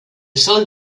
sol